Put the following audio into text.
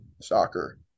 soccer